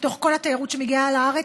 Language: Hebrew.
מתוך כל התיירות שמגיעה לארץ,